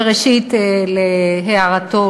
וראשית להערתו,